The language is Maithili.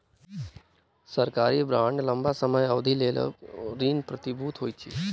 सरकारी बांड लम्बा समय अवधिक लेल ऋण प्रतिभूति होइत अछि